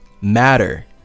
Matter